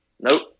Nope